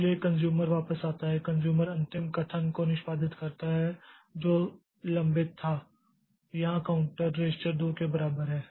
इसलिए कन्ज़्यूमर वापस आता है कन्ज़्यूमर अंतिम कथन को निष्पादित करता है जो लंबित था यहां काउंटर रजिस्टर 2 के बराबर है